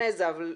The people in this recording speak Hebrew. האחרונות: